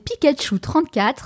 Pikachu34